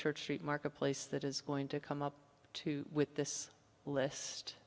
church street marketplace that is going to come up to with this list